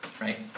right